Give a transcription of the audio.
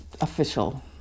official